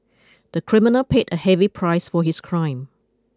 the criminal paid a heavy price for his crime